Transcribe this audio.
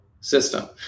system